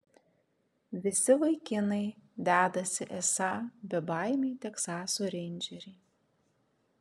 visi vaikinai dedasi esą bebaimiai teksaso reindžeriai